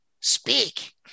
Speak